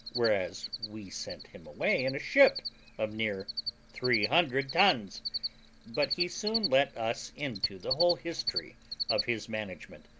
whereas we sent him away in a ship of near three hundred tons but he soon let us into the whole history of his management,